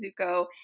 Zuko